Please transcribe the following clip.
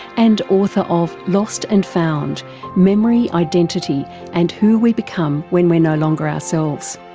and author of lost and found memory, identity and who we become when we're no longer ourselves.